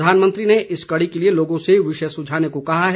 प्रधानमंत्री ने इस कड़ी के लिए लोगों से विषय सुझाने को कहा है